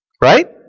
Right